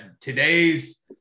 today's